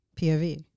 POV